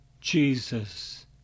Jesus